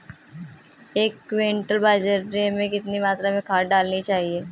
एक क्विंटल बाजरे में कितनी मात्रा में खाद डालनी चाहिए?